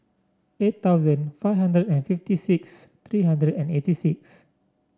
eight thousand five hundred and fifty six three hundred and eighty six